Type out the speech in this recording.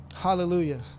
Hallelujah